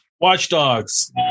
Watchdogs